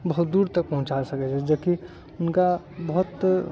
बहुत दूर तक पहुँचा सकै छै जेकि हुनका बहुत